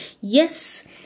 Yes